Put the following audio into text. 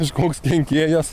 kažkoks kenkėjas